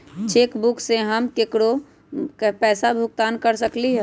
cheque book से हम केकरो पैसा भुगतान कर सकली ह